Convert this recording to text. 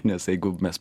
nes jeigu mes